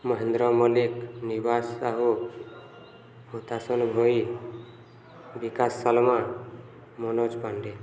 Mahendra Mallick Nibas Sahu Hutasan Bhoi Bikash Salma Manoj Pandey